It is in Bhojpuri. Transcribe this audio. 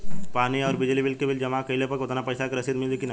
पानी आउरबिजली के बिल जमा कईला पर उतना पईसा के रसिद मिली की न?